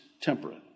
temperate